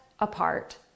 apart